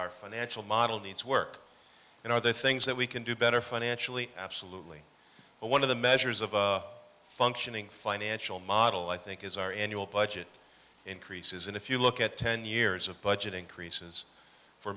our financial model needs work and other things that we can do better financially absolutely but one of the measures of a functioning financial model i think is our annual budget increases and if you look at ten years of budget increases for